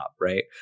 right